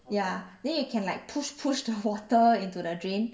ya then you can like push push the water into the drain